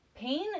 Pain